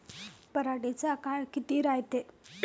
पराटीचा काळ किती रायते?